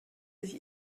sich